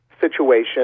situation